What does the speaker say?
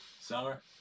summer